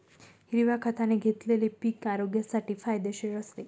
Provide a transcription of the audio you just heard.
हिरव्या खताने घेतलेले पीक आरोग्यासाठी फायदेशीर असते